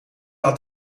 had